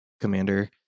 Commander